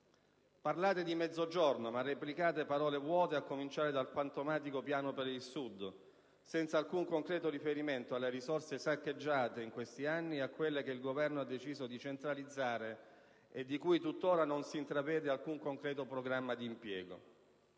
Parlate di Mezzogiorno ma replicate parole vuote, a cominciare dal fantomatico piano per il Sud, senza alcun concreto riferimento alle risorse saccheggiate in questi anni e a quelle che il Governo ha deciso di centralizzare e di cui tuttora non si intravede alcun concreto programma di impiego.